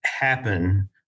happen